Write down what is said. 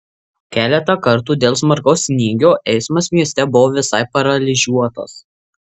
keletą kartų dėl smarkaus snygio eismas mieste buvo visai paralyžiuotas